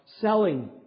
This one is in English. selling